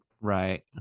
right